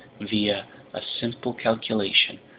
via a simple calculation,